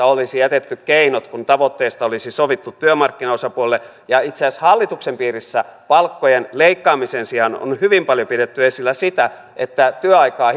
olisi jätetty keinot kun tavoitteesta olisi sovittu työmarkkinaosapuolille itse asiassa hallituksen piirissä palkkojen leikkaamisen sijaan on hyvin paljon pidetty esillä sitä että työaikaa